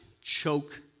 choke